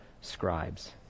scribes